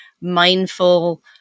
mindful